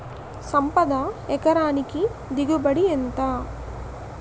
సంపద ఎకరానికి దిగుబడి ఎంత?